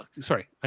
Sorry